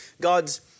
God's